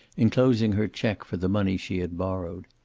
enclosing her check for the money she had borrowed.